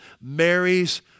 Mary's